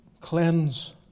cleanse